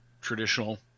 Traditional